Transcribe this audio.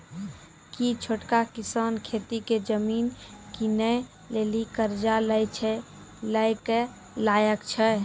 कि छोटका किसान खेती के जमीन किनै लेली कर्जा लै के लायक छै?